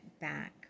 back